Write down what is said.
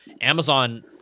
Amazon